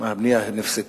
מה, הבנייה נפסקה?